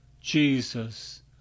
Jesus